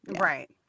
Right